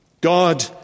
God